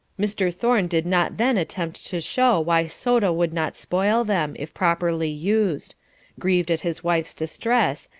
mr. thorne did not then attempt to show why soda would not spoil them, if properly used grieved at his wife's distress,